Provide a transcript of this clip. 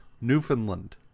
Newfoundland